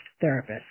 therapist